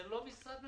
זה לא משרד ממשלתי,